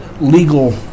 legal